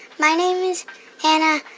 my name is hannah.